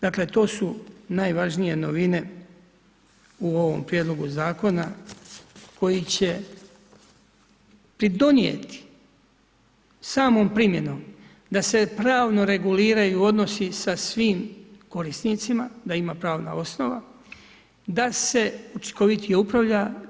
Dakle to su najvažnije novine u ovom prijedlogu zakona koji će pridonijeti samom primjenom da se pravno reguliraju odnosi sa svim korisnicima, da ima pravna osnova, da se učinkovitije upravlja.